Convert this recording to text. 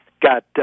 got